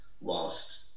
whilst